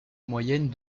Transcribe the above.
moyenne